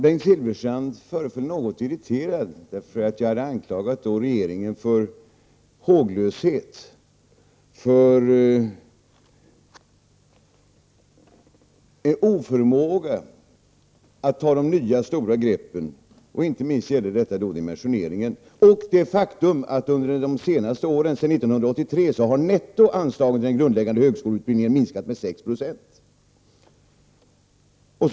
Bengt Silfverstrand föreföll något irriterad över att jag hade anklagat regeringen för håglöshet, för oförmåga att ta de nya stora greppen, inte minst när det gällde dimensioneringen och det faktum att anslagen till den grundläggande högskoleutbildningen netto har minskat med 6 90 under de senaste åren, sedan 1983.